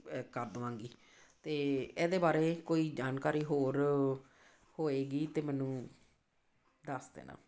ਕਰ ਦੇਵਾਂਗੀ ਅਤੇ ਇਹਦੇ ਬਾਰੇ ਕੋਈ ਜਾਣਕਾਰੀ ਹੋਰ ਹੋਏਗੀ ਤਾਂ ਮੈਨੂੰ ਦੱਸ ਦੇਣਾ